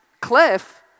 cliff